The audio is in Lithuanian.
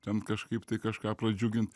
ten kažkaip tai kažką pradžiugint